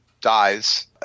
dies